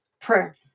Prayer